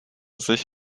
sich